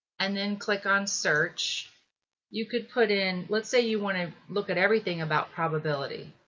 and then click on search you could put in. let's say you want to look at everything about probability.